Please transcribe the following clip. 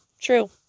true